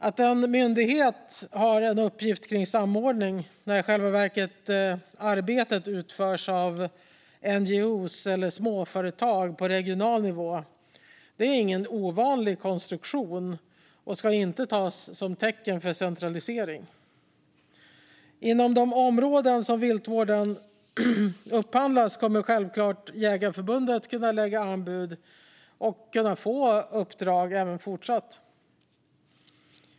Att en myndighet har samordning i uppgift när arbetet i själva verket utförs av NGO:er eller småföretag på regional nivå är ingen ovanlig konstruktion, och det ska inte tas som tecken på centralisering. Inom de områden som viltvården upphandlas kommer Svenska Jägareförbundet självklart att kunna lägga anbud och även fortsatt få uppdrag.